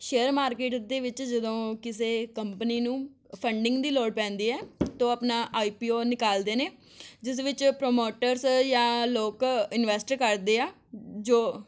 share market ਦੇ ਵਿੱਚ ਜਦੋਂ ਕਿਸੇ ਕੰਪਨੀ ਨੂੰ ਫੰਡਿੰਗ ਦੀ ਲੋੜ ਪੈਂਦੀ ਹੈ ਤਾਂ ਉਹ ਆਪਣਾ ਆਈ ਪੀ ਓ ਨਿਕਾਲਦੇ ਨੇ ਜਿਸ ਵਿੱਚ ਪ੍ਰਮੋਟਰਸ ਜਾਂ ਲੋਕ ਇਨਵੈਸਟ ਕਰਦੇ ਆ ਜੋ